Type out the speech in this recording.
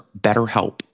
BetterHelp